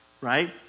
right